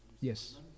yes